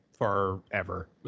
forever